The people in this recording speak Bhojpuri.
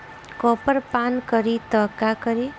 कॉपर पान करी त का करी?